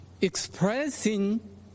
expressing